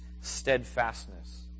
steadfastness